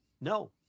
No